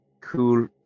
Cool